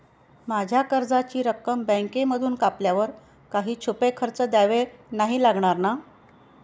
माझ्या कर्जाची रक्कम बँकेमधून कापल्यावर काही छुपे खर्च द्यावे नाही लागणार ना?